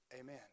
amen